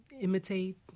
imitate